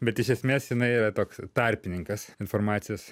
bet iš esmės jinai yra toks tarpininkas informacijos